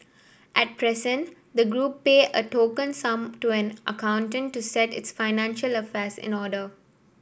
at present the group pay a token sum to an accountant to set its financial affairs in order